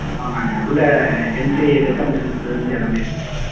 ம் ஆமாங்கள் உள்ள என்ட்ரி வெல்கம் ட்ரிங்க்ஸில் இருந்து எல்லாமே இருக்குதுங்க சார்